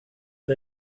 per